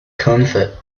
comfort